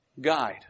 guide